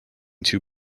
two